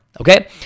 Okay